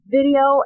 video